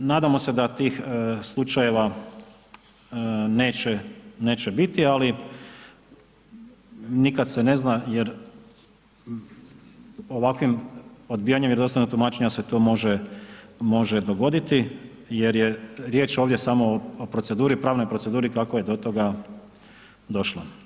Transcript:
Nadamo se da tih slučajeva neće biti, ali nikada se ne zna jer ovakvim odbijanjem vjerodostojnog tumačenja se to može dogoditi jer je riječ samo o proceduri, pravnoj proceduri kako je do toga došlo.